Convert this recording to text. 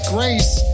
Grace